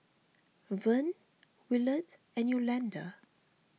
Vern Williard and Yolanda